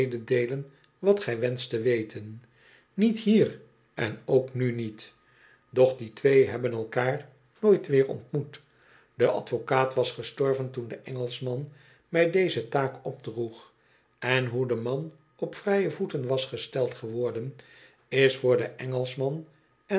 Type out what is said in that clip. wat gij wenscht te weten niet hier en ook hu niet doch die twee hebben elkaar nooit weer ontmoet de advocaat was gestorven toen de engelschman mij deze taak opdroeg en hoe de man op vrije voeten was gesteld geworden is voor den engelschman